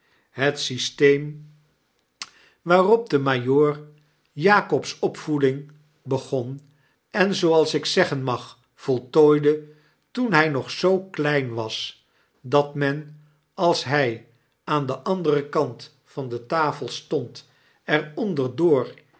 het systeem waarop de majoor jakob's opvoeding begon en zooals ik zeggen mag voltooide toen hy nog zoo klein was dat men als hy aan den anderen kant van de tafel stond